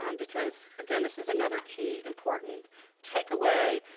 um because, again, this is another key important takeaway.